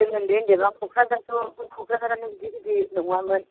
जों उन्दै उन्दैबा क'कराझारखौ क'कराझारा बिदि गिदिरा नङामोन